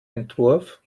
entwurf